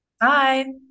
bye